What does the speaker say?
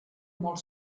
molt